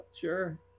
sure